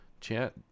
Chat